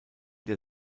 der